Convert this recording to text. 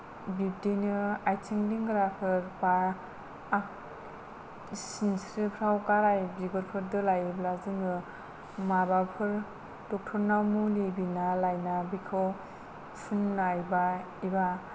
बिब्दिनो आथिं लेंग्राफोर बा आ सिनस्रिफ्राव गाराय बिगुरफोर दोलायोब्ला जोङो माबाफोर डक्टरनाव मुलि बिना लायना बिखौ फुननाय एबा